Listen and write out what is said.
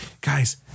guys